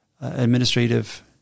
administrative